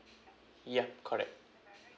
ya correct